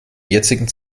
jetzigen